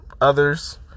others